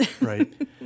right